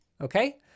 okay